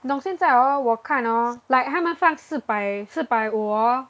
你懂现在 hor 我看 hor like 他们放四百四百五 hor